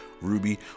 Ruby